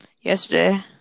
Yesterday